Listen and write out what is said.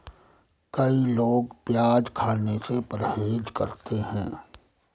कई लोग प्याज खाने से परहेज करते है